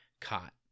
caught